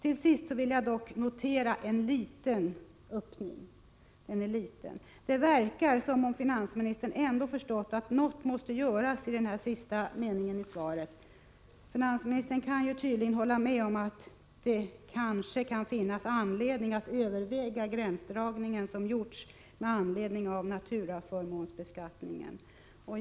Till sist vill jag dock notera en liten öppning — den är liten. Det verkar som om finansministern ändå förstått att något måste göras. Det framgår av den sista meningen i svaret, där ju finansministern tydligen kan hålla med om att det kanske kan finnas anledning att överväga den gränsdragning som gjorts med anledning av naturaförmånsbeskattningen.